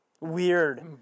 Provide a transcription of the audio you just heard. Weird